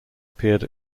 appeared